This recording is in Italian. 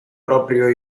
proprio